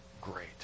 great